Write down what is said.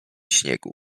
śniegu